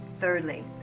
Thirdly